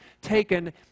taken